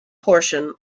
portion